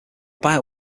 buyout